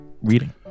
reading